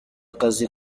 akazi